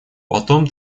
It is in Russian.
потом